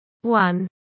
One